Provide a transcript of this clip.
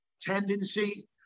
tendency